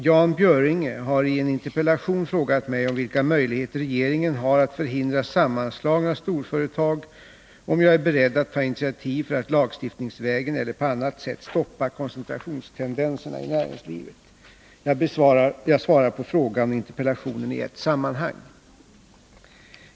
Jan Björinge har i en interpellation frågat mig om vilka möjligheter regeringen har att förhindra sammanslagning av storföretag och om jag är beredd att ta initiativ för att lagstiftningsvägen eller på annat sätt stoppa koncentrationstendenserna i näringslivet. Jag svarar på frågan och interpellationen i ett sammanhang.